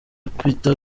peter